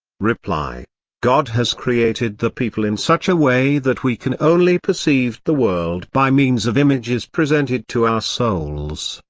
reply god has created the people in such a way that we can only perceive the world by means of images presented to our souls.